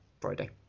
Friday